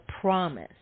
promise